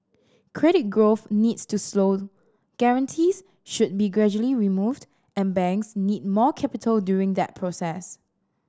credit growth needs to slow guarantees should be gradually removed and banks need more capital during that process